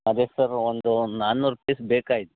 ಅದೆ ಸರ್ ಒಂದು ನಾನೂರು ಪೀಸ್ ಬೇಕಾಯ್ತು